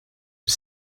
was